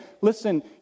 listen